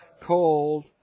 called